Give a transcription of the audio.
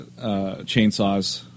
chainsaws